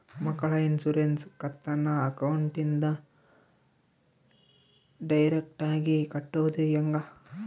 ಮಕ್ಕಳ ಇನ್ಸುರೆನ್ಸ್ ಕಂತನ್ನ ಅಕೌಂಟಿಂದ ಡೈರೆಕ್ಟಾಗಿ ಕಟ್ಟೋದು ಹೆಂಗ?